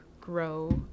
grow